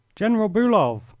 general bulow!